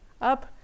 up